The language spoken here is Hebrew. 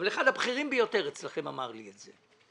אבל אחד הבכירים ביותר אצלכם אמר לי את זה.